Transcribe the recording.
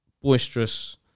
boisterous